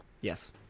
yes